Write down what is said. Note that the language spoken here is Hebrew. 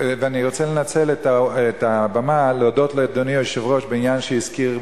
אני רוצה לנצל את הבמה להודות לאדוני היושב-ראש בעניין שהזכיר,